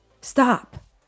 Stop